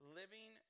living